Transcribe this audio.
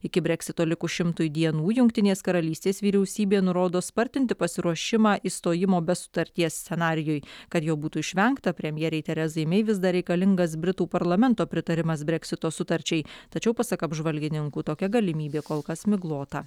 iki breksito likus šimtui dienų jungtinės karalystės vyriausybė nurodo spartinti pasiruošimą išstojimo be sutarties scenarijui kad jo būtų išvengta premjerei terezai mei vis dar reikalingas britų parlamento pritarimas breksito sutarčiai tačiau pasak apžvalgininkų tokia galimybė kol kas miglota